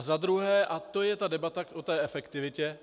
Za druhé, a to je ta debata o té efektivitě.